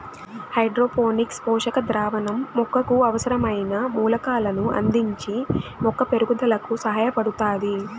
hydroponics పోషక ద్రావణం మొక్కకు అవసరమైన మూలకాలను అందించి మొక్క పెరుగుదలకు సహాయపడుతాది